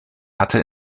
hatte